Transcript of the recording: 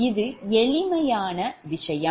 இது எளிமையான விஷயம்